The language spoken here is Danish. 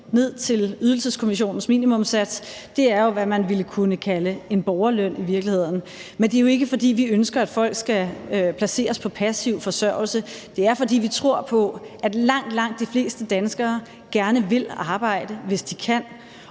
ned til Ydelseskommissionens minimumssats, er, hvad man i virkeligheden kunne kalde en borgerløn. Men det er jo ikke, fordi vi ønsker, at folk skal placeres på passiv forsørgelse. Det er, fordi vi tror på, at langt, langt de fleste danskere gerne vil arbejde, hvis de kan,